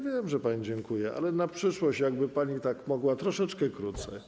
Wiem, że pani dziękuje, ale na przyszłość jakby tak pani mogła troszeczkę krócej.